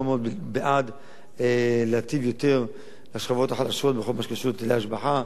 מאוד מאוד בעד להיטיב יותר עם השכבות החלשות בכל הקשור להיטלי השבחה,